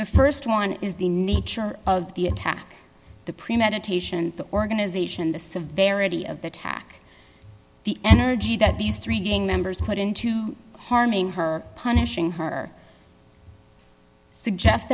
the st one is the nature of the attack the premeditation the organization the severity of the attack the energy that these three gang members put into harming her punishing her suggest